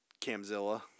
Camzilla